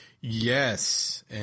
Yes